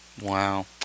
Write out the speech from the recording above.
Wow